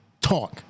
talk